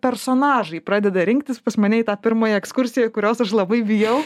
personažai pradeda rinktis pas mane į tą pirmąją ekskursiją kurios aš labai bijau